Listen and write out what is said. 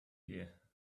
here